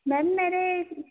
ma'am मेरे